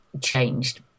changed